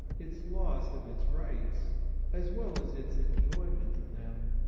its loss of its rights as well as its enjoyment of them,